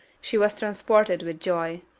she was transported with joy.